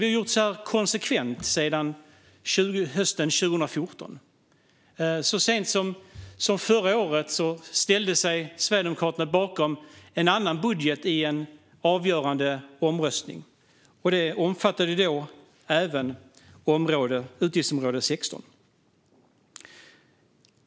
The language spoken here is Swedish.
Vi har konsekvent gjort så här sedan hösten 2014. Så sent som förra året ställde sig Sverigedemokraterna bakom en annan budget i en avgörande omröstning. Den omfattade även utgiftsområde 16.